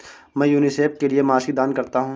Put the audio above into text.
मैं यूनिसेफ के लिए मासिक दान करता हूं